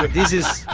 like this is